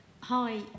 Hi